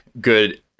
good